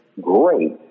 great